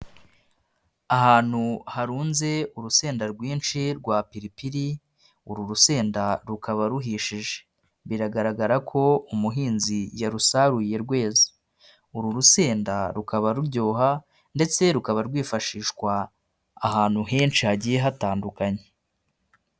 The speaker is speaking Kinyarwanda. Ahantu harunze urusenda rwinshi rwa piripiri, uru rusenda rukaba ruhishije. Biragaragara ko umuhinzi yarusaruye rweza. Uru rusenda rukaba ruryoha ndetse rukaba rwifashishwa ahantu henshi hagiye hatandukanye.